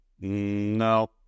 No